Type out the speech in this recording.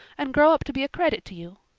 and grow up to be a credit to you.